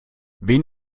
wen